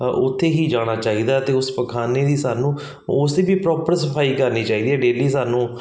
ਉੱਥੇ ਹੀ ਜਾਣਾ ਚਾਹੀਦਾ ਅਤੇ ਉਸ ਪਖਾਨੇ ਦੀ ਸਾਨੂੰ ਉਸ ਦੀ ਵੀ ਪ੍ਰੋਪਰ ਸਫਾਈ ਕਰਨੀ ਚਾਹੀਦੀ ਹੈ ਡੇਲੀ ਸਾਨੂੰ